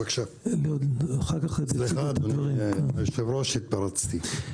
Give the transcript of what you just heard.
סליחה, אדוני היושב-ראש, שהתפרצתי.